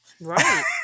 Right